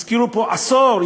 הזכירו פה עשור,